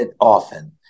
often